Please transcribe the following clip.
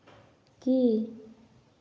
ᱠᱤ